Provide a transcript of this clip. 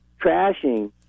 trashing